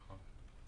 נכון.